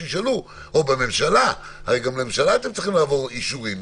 שישאלו או בממשלה הרי גם בממשלה אתם צריכים לעבור אישורים,